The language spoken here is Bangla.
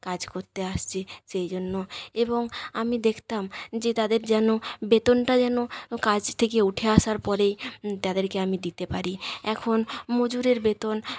কাজ করতে আসছে সেই জন্য এবং আমি দেখতাম যে তাদের যেন বেতনটা যেন কাজ থেকে উঠে আসার পরেই তাদেরকে আমি দিতে পারি এখন মজুরের বেতন